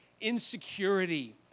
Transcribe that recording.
insecurity